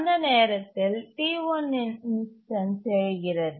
அந்த நேரத்தில் T1இன் இன்ஸ்டன்ஸ் எழுகிறது